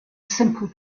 simple